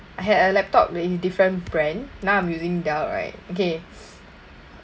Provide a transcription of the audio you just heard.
I had a laptop with different brand now I'm using Dell right okay